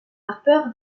harper